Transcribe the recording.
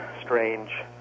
strange